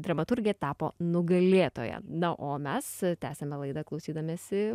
dramaturgė tapo nugalėtoja na o mes tęsiame laidą klausydamiesi